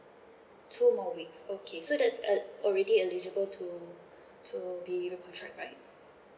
two more weeks okay so does uh already eligible to to be recontract right